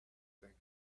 thing